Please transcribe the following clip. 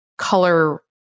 color